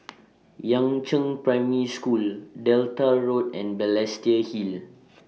Yangzheng Primary School Delta Road and Balestier Hill